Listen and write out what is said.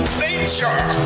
nature